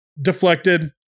deflected